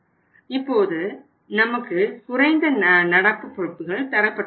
இப்போது நமக்கு குறைந்த நடப்பு பொறுப்புகள் தரப்பட்டுள்ளன